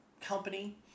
company